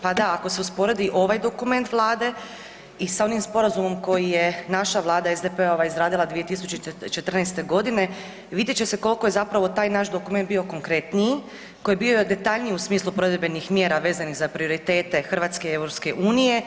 Pa da, ako se usporedi ovaj dokument Vlade sa onim sporazumom koji je naša Vlada SDP-ova izradila 2014. godine vidjet će se koliko je zapravo taj naš dokument bio konkretniji, koji je bio detaljniji u smislu provedbenih mjera vezanih za prioritete Hrvatske i EU.